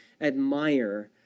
admire